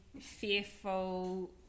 fearful